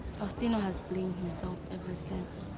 faustino has blamed himself ever since.